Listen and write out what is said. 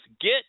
Get